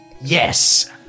Yes